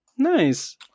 nice